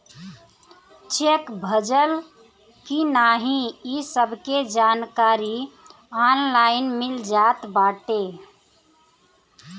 check भजल की नाही इ सबके जानकारी ऑनलाइन मिल जात बाटे